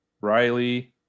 Riley